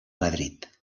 madrid